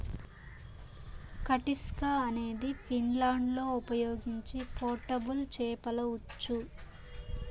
కటిస్కా అనేది ఫిన్లాండ్లో ఉపయోగించే పోర్టబుల్ చేపల ఉచ్చు